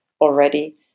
already